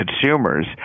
consumers